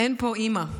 אין פה אימא.